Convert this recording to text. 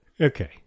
Okay